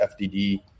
FDD